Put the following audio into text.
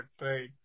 right